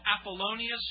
Apollonius